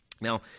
Now